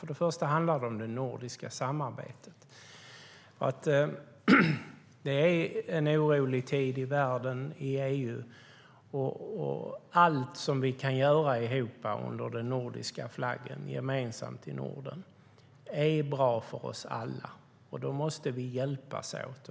För det första handlar det om det nordiska samarbetet. Det är en orolig tid i världen och i EU, och allt som vi kan göra under nordisk flagg gemensamt i Norden är bra för oss alla. Då måste vi hjälpas åt.